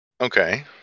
Okay